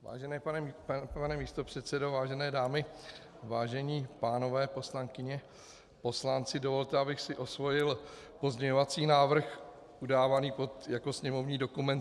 Vážený pane místopředsedo, vážené dámy, vážení pánové, poslankyně, poslanci, dovolte, abych si osvojil pozměňovací návrh udávaný jako sněmovní dokument 3528.